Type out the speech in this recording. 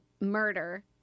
murder